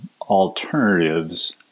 alternatives